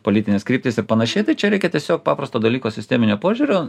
politinės kryptis ir panašiai tai čia reikia tiesiog paprasto dalyko sisteminio požiūrio